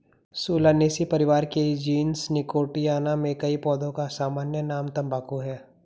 Solanaceae परिवार के genus Nicotiana में कई पौधों का सामान्य नाम तंबाकू है